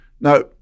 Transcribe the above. Now